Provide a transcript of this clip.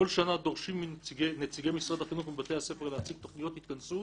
כל שנה דורשים נציגי משרד החינוך מבתי הספר להציג תוכניות התכנסות,